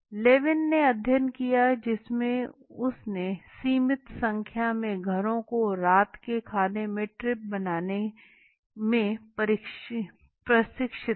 Lewin ने अध्ययन किया जिसमें उसने सीमित संख्या में घरों को रात के खाने में ट्रिप बनाने में प्रशिक्षित किया